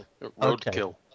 Roadkill